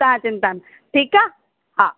तव्हां चिंता ठीकु आहे हा